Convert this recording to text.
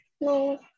No